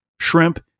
shrimp